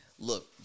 Look